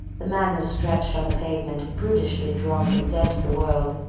the man was stretched on the pavement brutishly drunk and dead to the world.